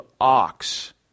ox